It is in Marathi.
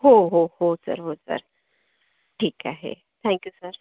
हो हो हो सर हो सर ठीक आहे थँक यू सर